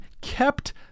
kept